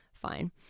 fine